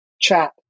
chat